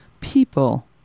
People